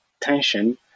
tension